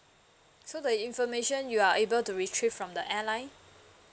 so the information you are able to retrieve from the airline